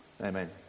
Amen